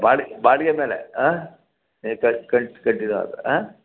ಬಾಡ್ ಬಾಡಿಗೆ ಮೇಲೆ ಆಂ ನೀವು ಕಟ್ಟಿಲ್ಲ ಅಂದರೆ ಆಂ